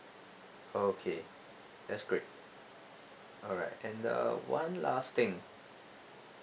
okay that's great alright and uh one last thing